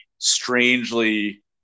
strangely